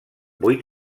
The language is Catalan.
vuit